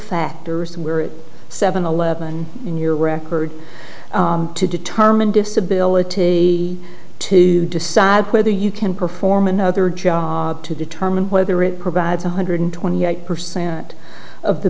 factors were it seven eleven in your record to determine disability to decide whether you can perform another job to determine whether it provides one hundred twenty eight percent of the